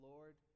Lord